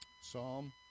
psalm